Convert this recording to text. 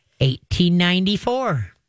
1894